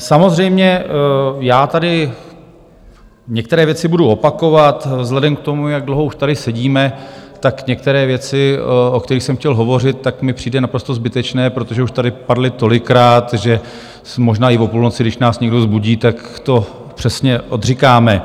Samozřejmě já tady některé věci budu opakovat, vzhledem k tomu, jak dlouho už tady sedíme, tak některé věci, o kterých jsem chtěl hovořit, mi přijdou naprosto zbytečné, protože už tady padly tolikrát, že možná i o půlnoci, když nás někdo vzbudí, tak to přesně odříkáme.